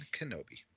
Kenobi